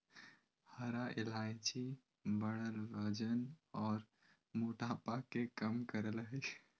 हरा इलायची बढ़ल वजन आर मोटापा के कम करई हई